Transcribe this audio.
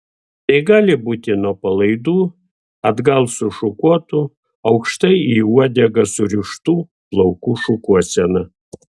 tai gali būti nuo palaidų atgal sušukuotų aukštai į uodegą surištų plaukų šukuosena